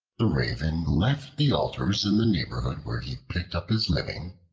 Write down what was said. the raven left the altars in the neighborhood where he picked up his living,